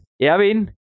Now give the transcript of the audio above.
Erwin